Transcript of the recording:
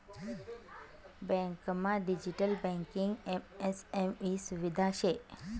बँकमा digital banking MSME सुविधा शे